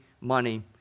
money